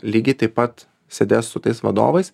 lygiai taip pat sėdės su tais vadovais